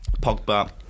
Pogba